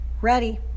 Ready